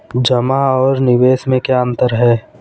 जमा और निवेश में क्या अंतर है?